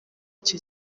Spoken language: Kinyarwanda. icyo